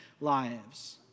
lives